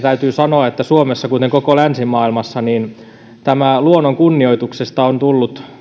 täytyy sanoa positiivisena asiana että suomessa kuten koko länsimaailmassa tästä luonnon kunnioituksesta on tullut